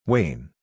Wayne